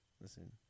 Listen